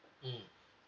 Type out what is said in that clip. mmhmm